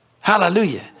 Hallelujah